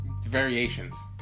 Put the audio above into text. variations